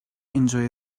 enjoy